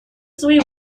свои